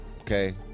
okay